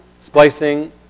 splicing